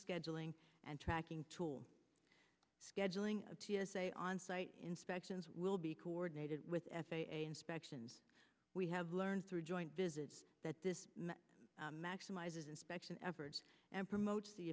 scheduling and tracking tool scheduling of t s a onsite inspections will be coordinated with f a a inspections we have learned through joint visits that this maximizes inspection effort and promotes the